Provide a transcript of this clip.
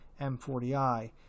M40i